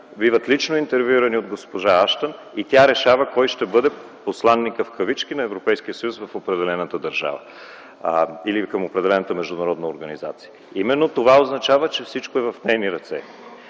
биват лично интервюирани от госпожа Аштън и тя решава кой ще бъде „посланика” на Европейския съюз в определената държава, или към определената международна организация. Именно това означава, че всичко е в нейни ръце.